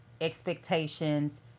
expectations